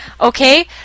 Okay